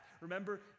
Remember